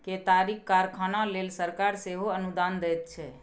केतारीक कारखाना लेल सरकार सेहो अनुदान दैत छै